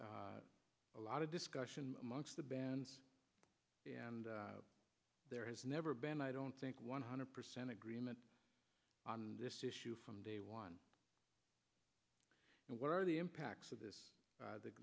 a lot of discussion amongst the bands and there has never been i don't think one hundred percent agreement on this issue from day one and what are the impacts of this